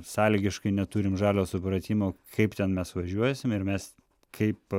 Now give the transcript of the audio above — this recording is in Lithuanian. sąlygiškai neturim žalio supratimo kaip ten mes važiuosim ir mes kaip